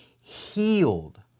healed